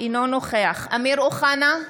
אינו נוכח אמיר אוחנה,